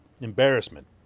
embarrassment